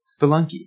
Spelunky